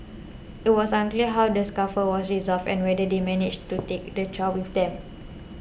it was unclear how the scuffle was resolved and whether they managed to take the child with them